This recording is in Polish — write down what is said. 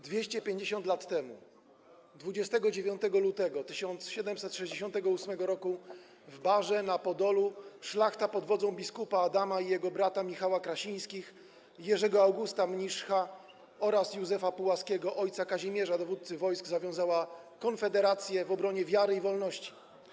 250 lat temu, 29 lutego 1768 r., w Barze na Podolu szlachta pod wodzą biskupa Adama i jego brata Michała Krasińskich, Jerzego Augusta Mniszcha oraz Józefa Pułaskiego, ojca Kazimierza - dowódcy wojsk, zawiązała konfederację w obronie wiary i wolności.